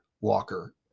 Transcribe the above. Walker